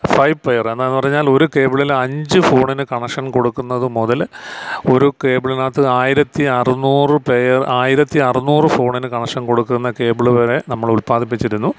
five pair എന്താണെന്ന് പറഞ്ഞാൽ ഒരു കേബിളിൽ അഞ്ച് ഫോണിന് കണക്ഷൻ കൊടുക്കുന്നതു മുതൽ ഒരു കേബിളിനകത്ത് ആയിരത്തി അറുന്നൂറ് പെയർ ആയിരത്തി അറുന്നൂറ് ഫോണിന് കണക്ഷൻ കൊടുക്കുന്ന കേബിള് വരെ നമ്മൾ ഉല്പാദിപ്പിച്ചിരുന്നു